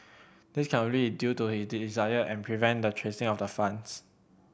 this can only is due to his desire and prevent the tracing of the funds